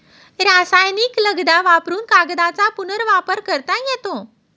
रासायनिक लगदा वापरुन कागदाचा पुनर्वापर करता येतो